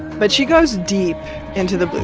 but she goes deep into the